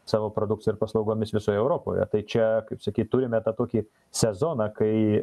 savo produkcija ir paslaugomis visoje europoje tai čia kaip sakyt turime tą tokį sezoną kai